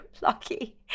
lucky